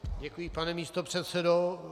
Děkuji, pane místopředsedo.